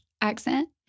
accent